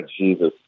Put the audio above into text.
Jesus